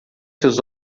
seus